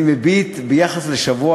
אני אומר לכם את זה, למה?